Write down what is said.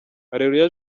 areruya